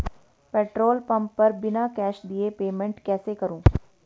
Petrol pump पर बिना cash दिए पेमेंट कैसे करूँ?